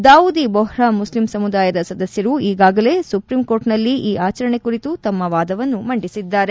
ದಾವೊದಿ ಬೊಹ್ರಾ ಮುಸ್ಲಿಂ ಸಮುದಾಯದ ಸದಸ್ಗರು ಈಗಾಗಲೇ ಸುಪ್ರೀಂಕೋರ್ಟ್ನಲ್ಲಿ ಈ ಆಚರಣೆ ಕುರಿತು ತಮ್ಮ ವಾದವನ್ನು ಮಂಡಿಸಿದ್ದಾರೆ